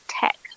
tech